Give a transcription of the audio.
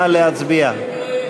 נא להצביע.